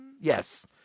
Yes